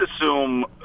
assume